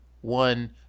one